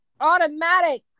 automatic